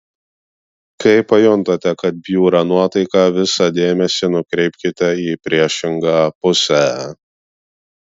kai pajuntate kad bjūra nuotaika visą dėmesį nukreipkite į priešingą pusę